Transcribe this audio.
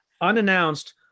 unannounced